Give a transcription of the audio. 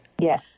Yes